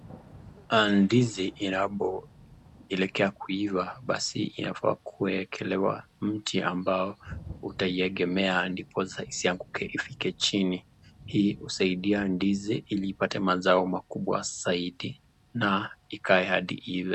Ndizi inapoelekea kuiva basi inafaa kuwekelewa mti ambao utaiegemea ndiposa isianguke ifike chini. Hii husaidia ndizi ili ipate mazao makubwa zaidi na ikae hadi iive.